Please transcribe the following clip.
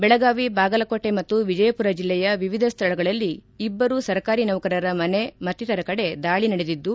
ಬೆಳಗಾವಿ ಬಾಗಲಕೋಟೆ ಮತ್ತು ವಿಜಯಪುರ ಜಿಲ್ಲೆಯ ವಿವಿಧ ಸ್ವಳಗಳಲ್ಲಿ ಇಬ್ಬರು ಸರ್ಕಾರಿ ನೌಕರರ ಮನೆ ಮತ್ತಿತರ ಕಡೆ ದಾಳಿ ನಡೆದಿದ್ದು